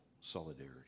solidarity